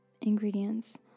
Ingredients